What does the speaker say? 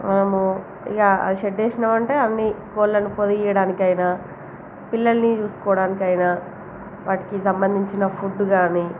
మనము ఇక ఆ షెడ్ వేశామంటే అన్నీ కోళ్ళను పొదిగించయడానికైనా పిల్లల్ని చూసుకోవడానికైనా వాటికి సంబంధించిన ఫుడ్ కానీ